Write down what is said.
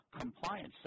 compliance